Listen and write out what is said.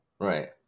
Right